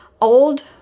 old